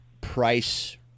price